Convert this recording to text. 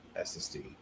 SSD